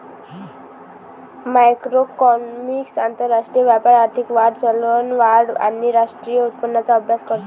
macroeconomics आंतरराष्ट्रीय व्यापार, आर्थिक वाढ, चलनवाढ आणि राष्ट्रीय उत्पन्नाचा अभ्यास करते